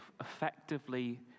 effectively